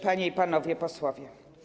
Panie i Panowie Posłowie!